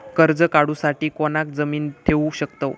कर्ज काढूसाठी कोणाक जामीन ठेवू शकतव?